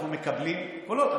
אנחנו מקבלים קולות.